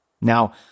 Now